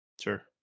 Sure